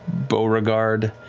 beauregard